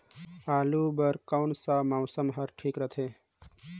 आलू बार कौन सा मौसम ह ठीक रथे?